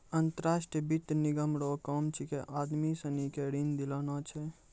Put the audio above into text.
अंतर्राष्ट्रीय वित्त निगम रो काम छिकै आदमी सनी के ऋण दिलाना छै